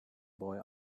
boy